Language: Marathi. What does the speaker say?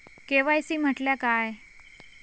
के.वाय.सी म्हटल्या काय?